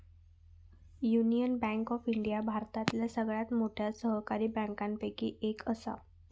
union bank of India भारतातल्या सगळ्यात मोठ्या सरकारी बँकांपैकी एक असा